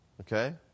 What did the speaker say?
okay